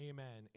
Amen